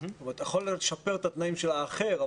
אתה יכול לשפר את התנאים של האחר,